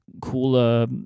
cooler